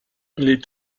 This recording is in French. les